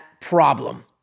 problem